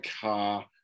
car